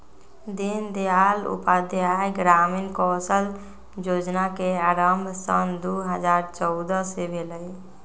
दीनदयाल उपाध्याय ग्रामीण कौशल जोजना के आरम्भ सन दू हज़ार चउदअ से भेलइ